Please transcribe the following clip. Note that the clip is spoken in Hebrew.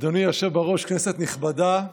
כנסת נכבדה,